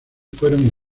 fueron